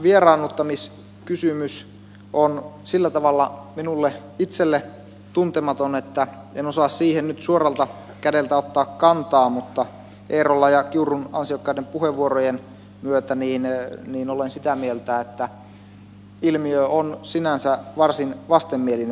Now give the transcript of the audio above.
tämä vieraannuttamiskysymys on sillä tavalla minulle itselleni tuntematon että en osaa siihen nyt suoralta kädeltä ottaa kantaa mutta eerolan ja kiurun ansiokkaiden puheenvuorojen myötä olen sitä mieltä että ilmiö on sinänsä varsin vastenmielinen